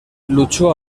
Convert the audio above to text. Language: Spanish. luchó